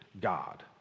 God